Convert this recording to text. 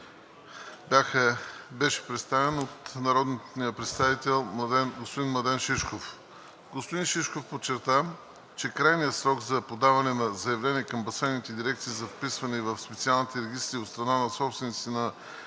бяха представени от народния представител господин Младен Шишков. Господин Шишков подчерта, че крайният срок за подаване на заявление към басейновите дирекции за вписване в специалните регистри от страна на собствениците на